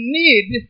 need